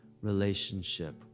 relationship